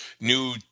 new